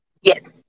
Yes